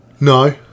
no